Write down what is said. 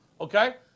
Okay